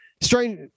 strange